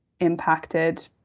impacted